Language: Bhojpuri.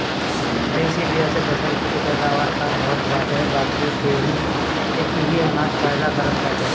देशी बिया से फसल के पैदावार कम होत बाटे बाकी देहि के इहे अनाज फायदा करत बाटे